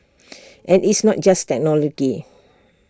and it's not just technology